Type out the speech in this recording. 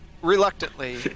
Reluctantly